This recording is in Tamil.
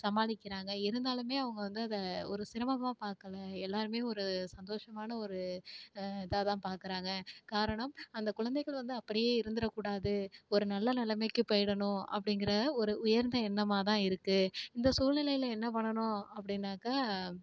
சமாளிக்கிறாங்க இருந்தாலுமே அவங்க வந்து அத ஒரு சிரமமாக பார்க்கல எல்லோருமே ஒரு சந்தோஷமான ஒரு இதாக தான் பார்க்குறாங்க காரணம் அந்த குழந்தைகள் வந்து அப்படியே இருந்துடக்கூடாது ஒரு நல்ல நிலைமைக்கு போயிடணும் அப்படிங்கிற ஒரு உயர்ந்த என்னமா தான் இருக்குது இந்த சூழ்நிலையில் என்ன பண்ணணும் அப்படின்னாக்கா